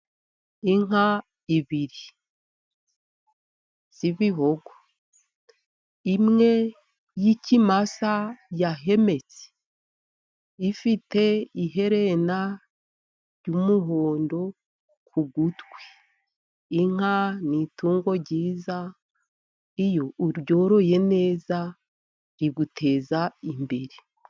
Inka ibyiri zibihogo imwe y'ikimasa ya hemetsek ifite iherena ry'umuhondo ku gutwi. Inka n'itungo ryiza iyo uryoroye neza riguteza imbere.